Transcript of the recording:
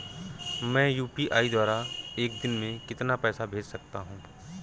मैं यू.पी.आई द्वारा एक दिन में कितना पैसा भेज सकता हूँ?